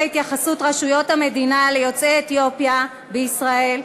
התייחסות רשויות המדינה ליוצאי אתיופיה בישראל,